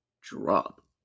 drop